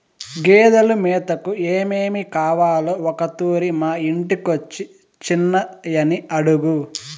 గేదెలు మేతకు ఏమేమి కావాలో ఒకతూరి మా ఇంటికొచ్చి చిన్నయని అడుగు